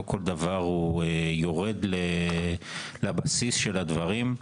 לא כל דבר הוא יורד לבסיס של הדברים.